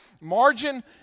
Margin